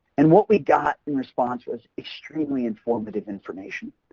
and what we got in response was extremely informative information.